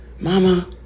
mama